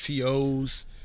COs